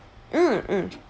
mm mm